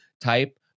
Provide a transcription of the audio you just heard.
type